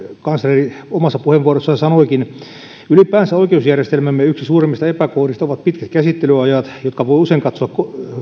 kansleri omassa puheenvuorossaan sanoikin ylipäänsä oikeusjärjestelmämme yksi suurimmista epäkohdista ovat pitkät käsittelyajat jotka voi usein katsoa